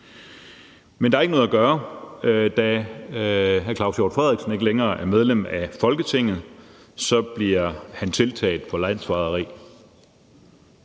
Men der er ikke noget at gøre. Da hr. Claus Hjort Frederiksen ikke længere er medlem af Folketinget, bliver han tiltalt for landsforræderi.